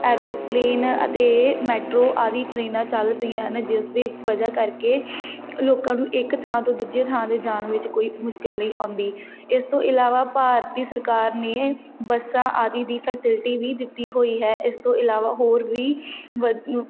aeroplane ਅਤੇ metro ਆਦਿ ਟ੍ਰੇਨਾਂ ਚੱਲ ਪਈਆਂ ਹਨ ਜਿਸ ਦੀ ਵਜ੍ਹਾ ਕਰਕੇ ਲੋਕਾਂ ਨੂੰ ਇੱਕ ਥਾਂ ਤੋਂ ਦੂਜੀ ਥਾਂ 'ਤੇ ਜਾਣ ਵਿੱਚ ਕੋਈ ਮੁਸ਼ਕਿਲ ਨਹੀਂ ਆਉਂਦੀ ਇਸ ਤੋਂ ਇਲਾਵਾ ਭਾਰਤੀ ਸਰਕਾਰ ਨੇ ਬੱਸਾਂ ਆਦਿ ਦੀ ਫੈਸਿਲਿਟੀ ਵੀ ਦਿੱਤੀ ਹੋਈ ਹੈ ਇਸ ਤੋਂ ਇਲਾਵਾ ਹੋਰ ਵੀ ਵ